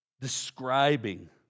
Describing